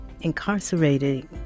incarcerated